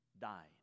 died